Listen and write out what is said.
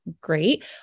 great